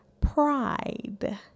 pride